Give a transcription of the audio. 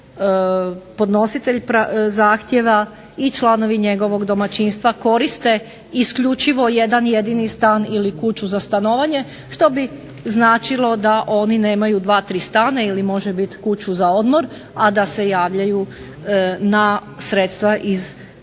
ako podnositelj zahtjeva i članovi njegovog domaćinstva koriste isključivo jedan jedini stan ili kuću za stanovanje što bi značilo da oni nemaju dva, tri stana ili može bit kuću za odmor, a da se javljaju na sredstva iz državnoga